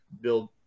build